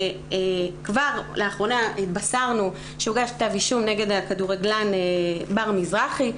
לאחרונה התבשרנו שהוגש כתב אישום נגד הכדורגלן בר מזרחי,